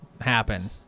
Happen